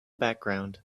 background